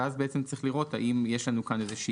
ואז בעצם צריך לראות האם יש לנו כאן איזושהי